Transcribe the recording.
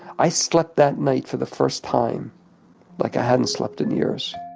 i slept that night for the first time like i hadn't slept in years